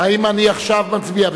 האם אני עכשיו מצביע?